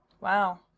Wow